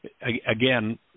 again